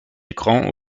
écrans